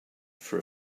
for